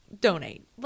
donate